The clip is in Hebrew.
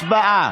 הצבעה.